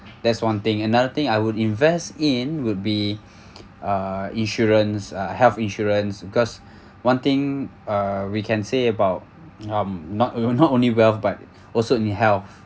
there's one thing another thing I would invest in would be uh insurance uh health insurance because one thing uh we can say about um not only not only wealth but also in health